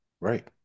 Right